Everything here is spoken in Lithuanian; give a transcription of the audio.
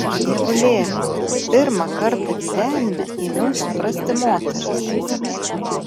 dievulėliau pirmą kartą gyvenime ėmiau suprasti moteris